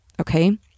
Okay